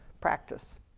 practice